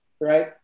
right